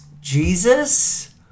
Jesus